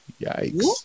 yikes